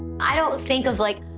i don't think of, like,